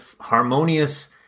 harmonious